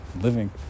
living